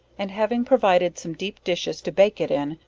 and having provided some deep dishes to bake it in,